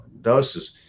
doses